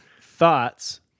Thoughts